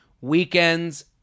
weekends